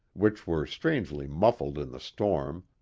which were strangely muffled in the storm,